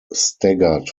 staggered